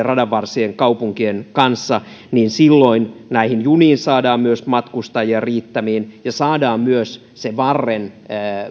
radanvarsikaupunkien kanssa silloin näihin juniin saadaan myös matkustajia riittämiin ja saadaan myös varren